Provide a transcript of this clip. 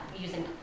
using